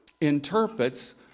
interprets